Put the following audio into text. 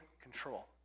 control